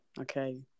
Okay